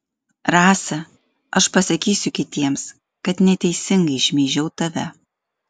rasa aš pasakysiu kitiems kad neteisingai šmeižiau tave